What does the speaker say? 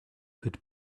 could